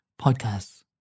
podcasts